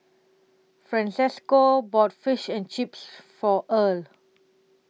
Francesco bought Fish and Chips For Earle